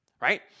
right